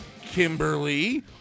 Kimberly